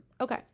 Okay